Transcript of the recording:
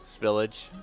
Spillage